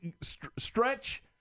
stretch